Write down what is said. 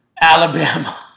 Alabama